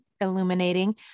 illuminating